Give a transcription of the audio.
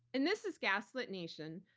and this is gaslit nation,